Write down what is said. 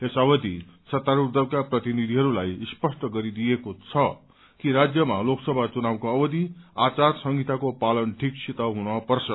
यस अवधि सत्तारूढ़ दलका प्रतिनिधिहरूलाई स्पष्ट गरिदिएको छ कि राज्यमा लोकसभा चुनावको अवधि आचार संहिताको पालन ठीकसित हुनपर्छ